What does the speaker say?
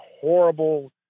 horrible